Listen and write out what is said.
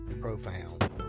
profound